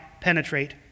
penetrate